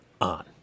on